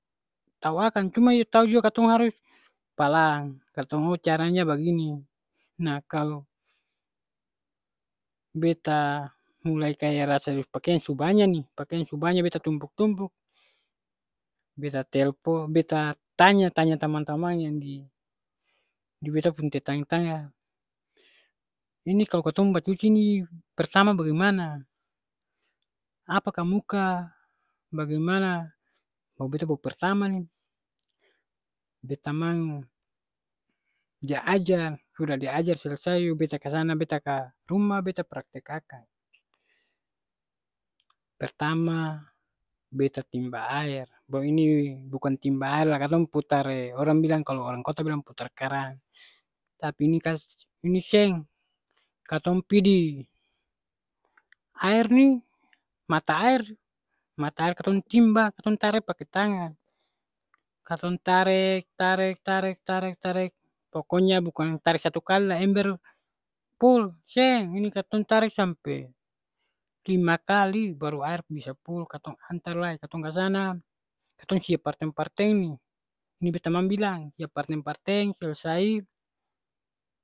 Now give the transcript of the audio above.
Tau akang cuma ju tau jua katong harus palang, oo caranya bagini. Nah kalo beta mulai kaya rasa pakiang su banya ni, pakiang su banya beta tumpuk-tumpuk, beta telpon, beta tanya, tanya tamang-tamang yang di, di beta pung tetangga-tetangga. Ini kalo katong bacuci ni pertama bagemana, apa kamuka, bagemana, baru beta baru pertama ni. Be tamang dia ajar, sudah dia ajar selesai yo beta kasana, beta ka rumah, beta praktek akang. Pertama beta timba aer. Baru ini bukang timba aer la katong putar e orang bilang kalo orang kota bilang putar kran. Tapi ini kas, ini seng, katong pi di aer ni, mata aer, mata aer katong timba, katong tarek pake tangan. Katong tarek, tarek tarek tarek tarek, pokonya bukang tarek satu kali la ember pul, seng. Ini katong tarek sampe lima tali baru aer bisa pul katong antar lai, katong kasana, katong siap parteng-parteng ni. Ni bet tamang bilang, siap parteng-parteng selesai